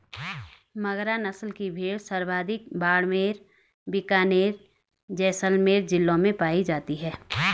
मगरा नस्ल की भेड़ सर्वाधिक बाड़मेर, बीकानेर, जैसलमेर जिलों में पाई जाती है